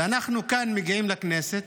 ואנחנו כאן מגיעים לכנסת,